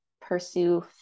pursue